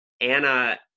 Anna